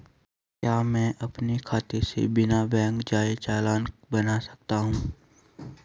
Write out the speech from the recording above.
क्या मैं अपने खाते से बिना बैंक जाए चालान बना सकता हूँ?